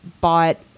bought